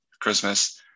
Christmas